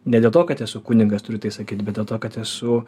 ne dėl to kad esu kunigas turiu tai sakyt be dėl to kad esu